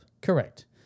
Correct